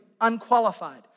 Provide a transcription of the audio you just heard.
unqualified